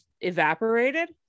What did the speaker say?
evaporated